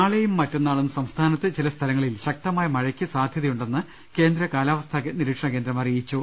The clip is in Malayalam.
നാളെയും മറ്റന്നാളും സംസ്ഥാനത്ത് ചില സ്ഥലങ്ങളിൽ ശക്തമായ മഴയ്ക്ക് സാധൃതയുണ്ടെന്ന് കേന്ദ്ര കാലാവസ്ഥാ നിരീക്ഷണകേന്ദ്രം അറിയിച്ചു